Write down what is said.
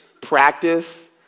practice